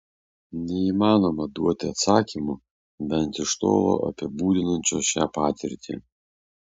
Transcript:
neįmanoma duoti atsakymo bent iš tolo apibūdinančio šią patirtį